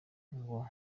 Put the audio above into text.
ngo